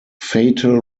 fatal